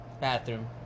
bathroom